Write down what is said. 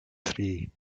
tri